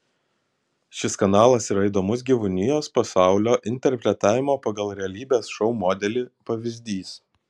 šis kanalas yra įdomus gyvūnijos pasaulio interpretavimo pagal realybės šou modelį pavyzdys